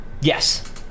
Yes